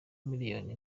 miliyoni